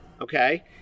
okay